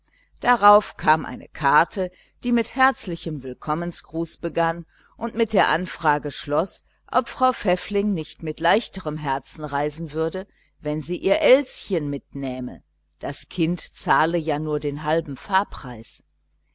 darauf erfolgte eine karte die mit herzlichem willkommruf begann und mit der anfrage schloß ob frau pfäffling nicht mit leichterem herzen reisen würde wenn sie ihr elschen mitnähme das kind zahle ja nur den halben fahrpreis